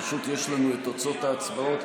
יש לנו פשוט את תוצאות ההצבעות.